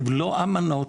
לא אמנות,